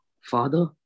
Father